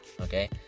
okay